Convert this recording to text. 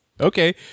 Okay